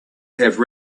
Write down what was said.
have